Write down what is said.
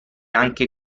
anche